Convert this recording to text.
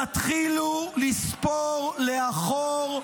תתחילו לספור לאחור.